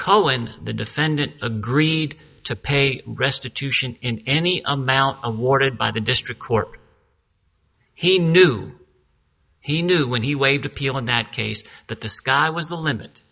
cohen the defendant agreed to pay restitution in any amount and warded by the district court he knew he knew when he waived appeal in that case that the sky was the limit